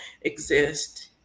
exist